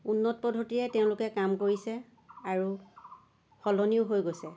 উন্নত পদ্ধতিৰে তেওঁলোকে কাম কৰিছে আৰু সলনিও হৈ গৈছে